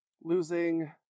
Losing